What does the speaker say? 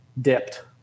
dipped